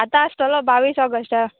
आतां आसतलो बावीस ऑगस्टा